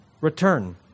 return